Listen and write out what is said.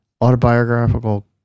autobiographical